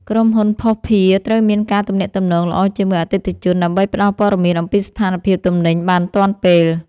ក្រុមហ៊ុនភស្តុភារត្រូវមានការទំនាក់ទំនងល្អជាមួយអតិថិជន ដើម្បីផ្តល់ព័ត៌មានអំពីស្ថានភាពទំនិញបានទាន់ពេល។